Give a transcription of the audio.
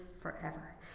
forever